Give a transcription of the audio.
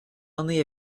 only